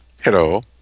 hello